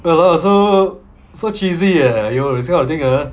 well lah so so cheesy leh you all this kind of thing ah